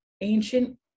ancient